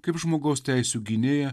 kaip žmogaus teisių gynėja